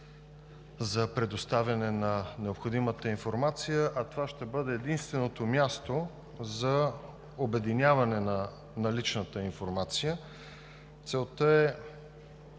за предоставяне на необходимата информация, а това ще бъде единственото място за обединяване на наличната информация. Целта е